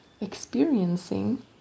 experiencing